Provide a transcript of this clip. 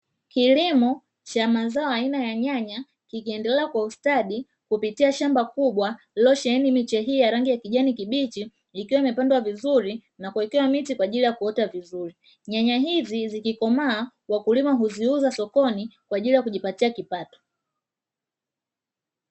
Kilimo cha mazao aina ya nyanya kikiendelea kwa ustadi kupitia shamba kubwa lililosheheni miche hii ya rangi ya kijani kibichi, nyanya hizi zikikomaa wakulima huziuza sokoni kwa ajili ya kujipatia kipato.